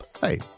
Hey